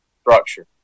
structure